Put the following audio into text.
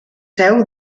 seu